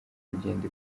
kugenda